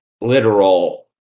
literal